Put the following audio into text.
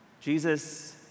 Jesus